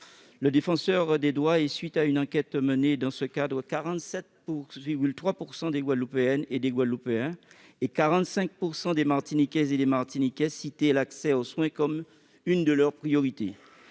le Défenseur des droits indiquait, à la suite d'une enquête menée dans ce cadre, que 47,3 % des Guadeloupéennes et des Guadeloupéens et 45 % des Martiniquaises et des Martiniquais citaient l'accès aux soins comme l'une de leurs priorités.